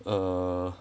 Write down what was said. err